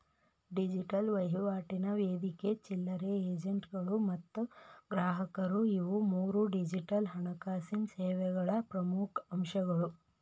digital ವಹಿವಾಟಿನ ವೇದಿಕೆ ಚಿಲ್ಲರೆ ಏಜೆಂಟ್ಗಳು ಮತ್ತ ಗ್ರಾಹಕರು ಇವು ಮೂರೂ ಡಿಜಿಟಲ್ ಹಣಕಾಸಿನ್ ಸೇವೆಗಳ ಪ್ರಮುಖ್ ಅಂಶಗಳು